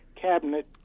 cabinet